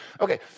Okay